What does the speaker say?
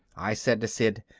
i said to sid,